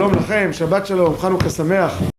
שלום לכם, שבת שלום, חנוכה שמח.